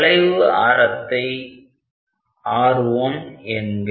வளைவு ஆரத்தை R1 என்க